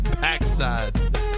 Backside